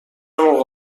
موقع